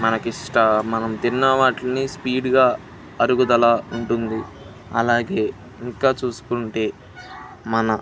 మనకిష్ట మనం తిన్న వాటిని స్పీడ్గా అరుగుదల ఉంటుంది అలాగే ఇంకా చూసుకుంటే మన